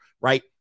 right